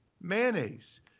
mayonnaise